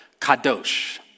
kadosh